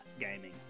gaming